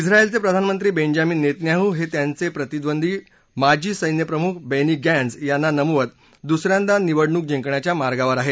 उत्रायलचे प्रधानमंत्री Benjamin Netanyahu हे त्यांचे प्रतिदूंनी माजी सैन्यप्रमुख बेनी गेंट्स यांना नमवत दुस यांदा निवडणूक जिंकण्याच्या मार्गवर आहेत